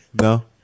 No